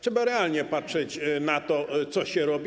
Trzeba realnie patrzeć na to, co się robi.